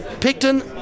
Picton